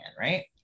right